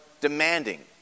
demanding